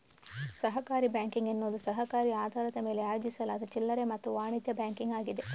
ಸಹಕಾರಿ ಬ್ಯಾಂಕಿಂಗ್ ಎನ್ನುವುದು ಸಹಕಾರಿ ಆಧಾರದ ಮೇಲೆ ಆಯೋಜಿಸಲಾದ ಚಿಲ್ಲರೆ ಮತ್ತು ವಾಣಿಜ್ಯ ಬ್ಯಾಂಕಿಂಗ್ ಆಗಿದೆ